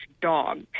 dog